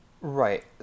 Right